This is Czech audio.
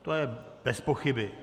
To je bezpochyby.